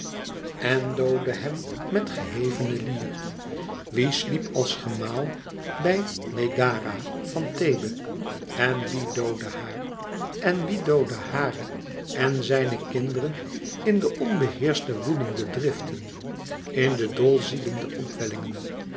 en doodde hem met gehevene lier wiè sliep als gemaal bij megara van thebe en wie doodde haar en wie doodde hare en zijne kinderen in de onbeheerschte woedende driften in de dol ziedende opwellingen